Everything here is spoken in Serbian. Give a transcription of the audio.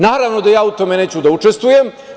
Naravno da ja u tome neću da učestvujem.